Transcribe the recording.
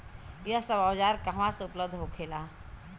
यह सब औजार कहवा से उपलब्ध होखेला?